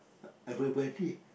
everybody